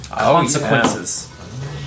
consequences